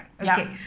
Okay